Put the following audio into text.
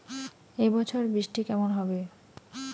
এবছর বৃষ্টি কেমন হবে?